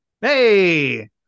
hey